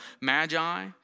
Magi